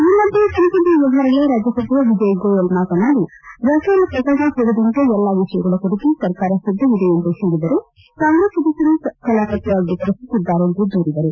ಈ ಮಧ್ಯ ಸಂಸದೀಯ ವ್ಯವಹಾರಗಳ ರಾಜ್ಯ ಸಚಿವ ವಿಜಯ್ಗೋಯಲ್ ಮಾತನಾಡಿ ರಫೇಲ್ ಪ್ರಕರಣ ಸೇರಿದಂತೆ ಎಲ್ಲ ವಿಷಯಗಳ ಕುರಿತು ಸರ್ಕಾರ ಸಿದ್ದವಿದೆ ಎಂದು ಹೇಳಿದರೂ ಕಾಂಗ್ರೆಸ್ ಸದಸ್ದರು ಕಲಾಪಕ್ಕೆ ಅಡ್ಡಿಪಡಿಸುತ್ತಿದ್ದಾರೆ ಎಂದು ದೂರಿದರು